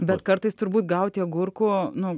bet kartais turbūt gauti agurkų nu